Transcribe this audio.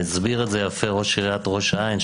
והסביר את זה יפה ראש עיריית ראש העין,